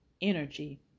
energy